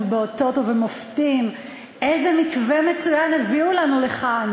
באותות ובמופתים איזה מתווה מצוין הביאו לנו לכאן.